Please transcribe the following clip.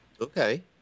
Okay